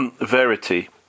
verity